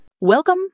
Welcome